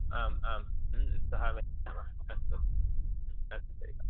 आम् आम् श्वः आगच्छामः अस्तु अस्तु तर्हि